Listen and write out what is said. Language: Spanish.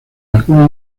alguna